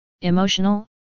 emotional